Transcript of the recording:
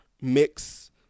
mix